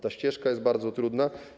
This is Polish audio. Ta ścieżka jest bardzo trudna.